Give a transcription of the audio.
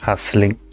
Hustling